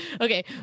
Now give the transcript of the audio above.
okay